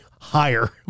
higher